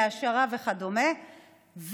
להעשרה וכדומה,